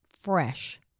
fresh